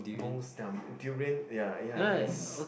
most num durian ya ya is